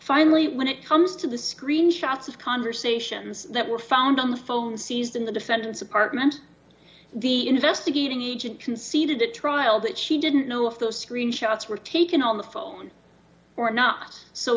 finally when it comes to the screenshots of conversations that were found on the phone seized in the defendant's apartment the investigating agent conceded at trial that she didn't know if those screen shots were taken on the phone or not so